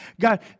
God